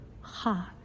heart